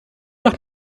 doch